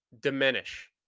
diminish